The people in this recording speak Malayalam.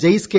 ജെയ്സ് കെ